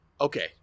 Okay